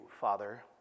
Father